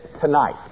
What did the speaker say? tonight